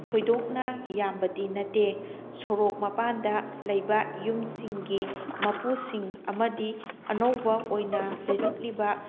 ꯊꯣꯏꯗꯣꯛꯅ ꯌꯥꯝꯕꯗꯤ ꯅꯠꯇꯦ ꯁꯣꯔꯣꯛ ꯃꯄꯥꯟꯗ ꯂꯩꯕ ꯌꯨꯝꯁꯤꯡꯒꯤ ꯃꯄꯨꯁꯤꯡ ꯑꯃꯗꯤ ꯑꯅꯧꯕ ꯑꯣꯏꯅ ꯂꯩꯔꯛꯂꯤꯕ